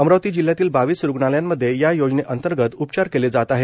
अमरावती जिल्ह्यातील बावीस रूग्णालयांमध्ये या योजने अंतर्गत उपचार केले जात आहेत